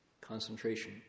concentration